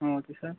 ah okay sir